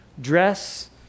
dress